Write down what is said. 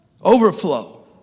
Overflow